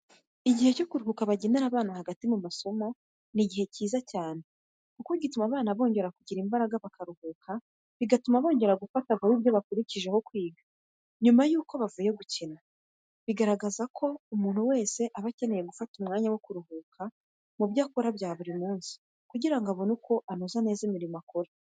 Mu gihe cyo kuruhuka bagenera abana hagati mu masomo ni igihe cyiza cyane kuko gituma abana bongera kugira imbaraga bakaruhuka bigatuma bongera gufata vuba ibyo bakurikije ho kwiga nyuma yuko bavuye gukina. Bigaragara ko umuntu wese abakeneye gufata umwanya wo kuruhuka mu byo akora bya buri munsi kugira ngo abone uko anoza neza imirimo akora.